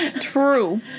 True